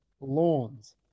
lawns